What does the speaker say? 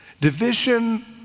Division